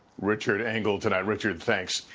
richard engel tonight. richard, thanks.